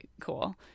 cool